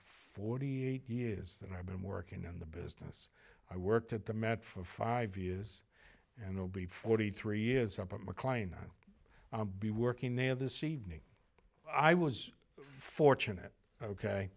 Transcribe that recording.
forty eight years that i've been working in the business i worked at the met for five years and will be forty three years up at mclean i'll be working there this evening i was fortunate ok